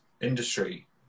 industry